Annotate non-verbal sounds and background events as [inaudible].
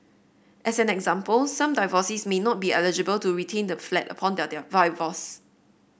as an example some divorcees may not be eligible to retain the flat upon [unintelligible]